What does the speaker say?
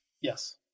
Yes